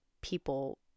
people